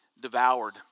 devoured